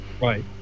Right